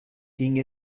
ging